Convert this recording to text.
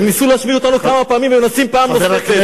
הם ניסו להשמיד אותנו כמה פעמים והם מנסים פעם נוספת.